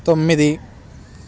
తొమ్మిది